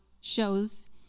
shows